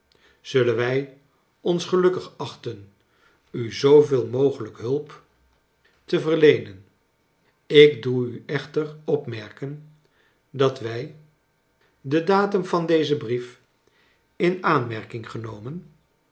zullen wij ons gelukkig achten u zoo veel mogelijk hulp te verleenen ik doe u echter opmerken dat wij den datum van dezen brief hi aanmerking genornen